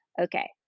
okay